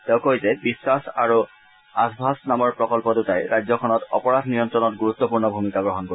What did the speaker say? তেওঁ কয় যে বিশ্বাস আৰু আছভাষ্ট নামৰ প্ৰকল্প দুটাই ৰাজ্যখনত অপৰাধ নিয়ন্তণত গুৰুত্পূৰ্ণ ভূমিকা গ্ৰহণ কৰিব